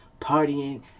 partying